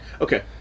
Okay